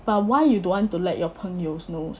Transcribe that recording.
but why you don't want to let your 朋友 know